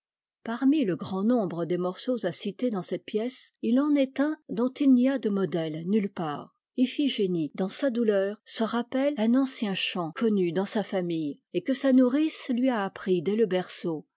parmi le grand nombre des morceaux à citer dans cette pièce il en est un dont il n'y a de modèle nulle part iphigénie dans sa douleur se rappelle un ancien chant connu dans sa famille et que sa nourrice lui a appris dès le berceau